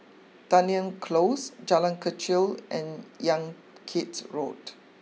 Dunearn close Jalan Kechil and Yan Kit Road